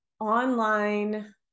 online